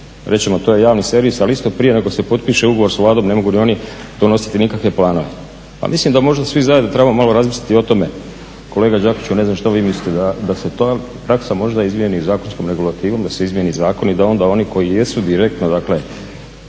ćemo to je javni servis, ali isto prije nego se potpiše ugovor s Vladom ne mogu ni oni donositi nikakve planove. Pa mislim da možda svi zajedno trebamo razmisliti o tome. Kolega Đakiću, ne znam šta vi mislite da se ta praksa možda izmjeni zakonskom regulativom, da se izmjeni zakon i da onda oni koji jesu direktno, koji